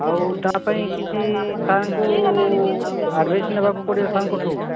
ଆଉ ତା ପାଇଁ କିଛି ସାର୍ଙ୍କୁ ଆଡ଼୍ଭାଇସ୍ ନେବାକୁ ପଡ଼ିବ ସାର୍ଙ୍କଠୁ